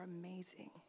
amazing